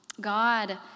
God